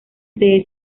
sede